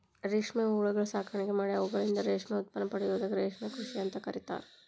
ರೇಷ್ಮೆ ಹುಳಗಳ ಸಾಕಾಣಿಕೆ ಮಾಡಿ ಅವುಗಳಿಂದ ರೇಷ್ಮೆ ಉತ್ಪನ್ನ ಪಡೆಯೋದಕ್ಕ ರೇಷ್ಮೆ ಕೃಷಿ ಅಂತ ಕರೇತಾರ